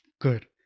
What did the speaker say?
Good